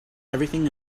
everything